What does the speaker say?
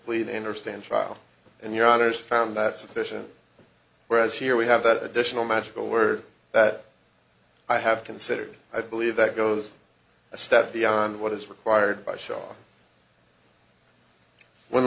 to lead and or stand trial and your honors found that sufficient whereas here we have that additional magical word that i have considered i believe that goes a step beyond what is required by shaw when